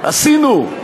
עשינו,